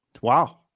Wow